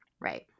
Right